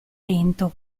lento